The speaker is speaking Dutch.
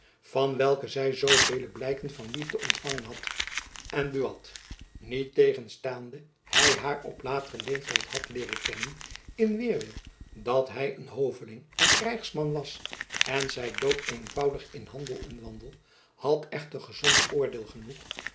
van welke zy zoovele blijken van liefde ontfangen had en buat niet tegenstaande hy haar op lateren leeftijd had leeren kennen in weêrwil dat hy een hoveling en krijgsman was en zy dood eenvoudig in handel en wandel had echter gezond oordeel genoeg